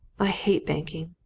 i hate banking!